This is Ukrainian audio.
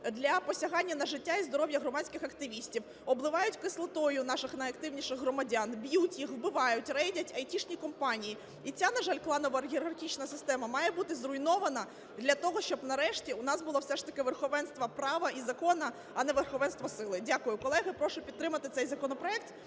для посягання на життя і здоров'я громадських активістів, обливають кислотою наших найактивніших громадян, б'ють їх, вбивають, рейдять айтішні компанії. І ця, на жаль, кланово-олігархічна система має бути зруйнована для того, щоб нарешті у нас було все ж таки верховенство права і закону, а не верховенство сили. Дякую. Колеги, прошу підтримати цей законопроект.